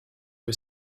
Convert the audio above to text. que